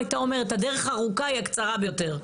הייתה אומרת הדרך הארוכה היא הקצרה ביותר.